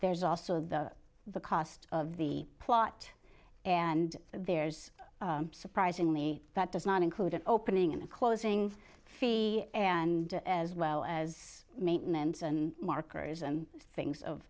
there's also the the cost of the plot and there's surprisingly that does not include an opening and closing fee and as well as maintenance and markers and things of